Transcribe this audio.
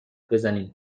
بزنین